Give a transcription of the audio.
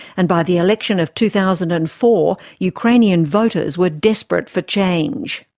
and by the election of two thousand and four, ukrainian voters were desperate for change.